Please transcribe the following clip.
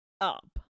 up